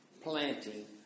planting